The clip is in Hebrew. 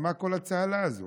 על מה כל הצהלה הזו?